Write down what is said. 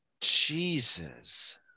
Jesus